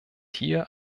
hier